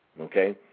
Okay